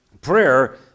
prayer